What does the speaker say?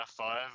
F5